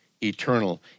eternal